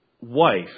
wife